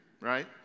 right